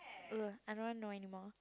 ugh I don't want to know anymore